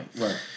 right